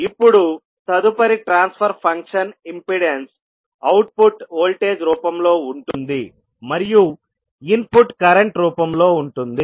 ఇప్పుడు తదుపరి transfer function impedance output voltage రూపంలో ఉంటుంది మరియు ఇన్పుట్ కరెంట్ రూపంలో ఉంటుంది